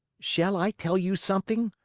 shall i tell you something?